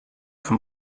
vom